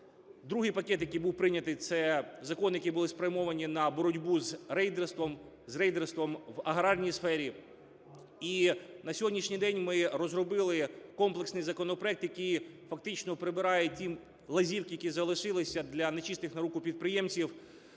Другий пакет, який був прийнятий, це закони, які були спрямовані на боротьбу з рейдерством, з рейдерством в аграрній сфері. І на сьогоднішній день ми розробили комплексний законопроект, який фактично прибирає ті лазівки, які залишилися для нечистих на руку підприємців,